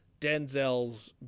Denzel's